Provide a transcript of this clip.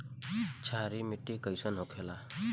क्षारीय मिट्टी कइसन होखेला?